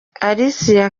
alicia